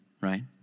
right